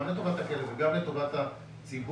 גם לטובת הכלב וגם לטובת הציבור,